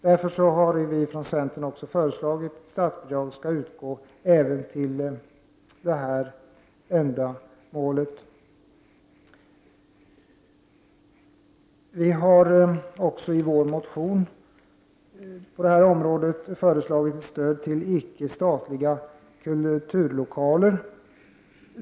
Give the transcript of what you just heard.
Därför har vi från centern föreslagit att statsbidrag skall utgå även till detta ändamål. Vi har också i vår motion föreslagit stöd till icke-statliga kulturlokaler.